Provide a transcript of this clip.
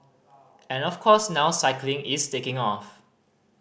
and of course now cycling is taking off